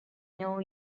know